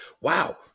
wow